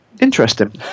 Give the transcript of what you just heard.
interesting